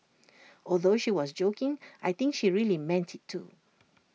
although she was joking I think she really meant IT too